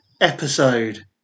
episode